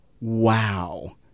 wow